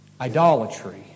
Idolatry